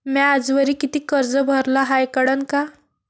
म्या आजवरी कितीक कर्ज भरलं हाय कळन का?